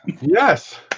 Yes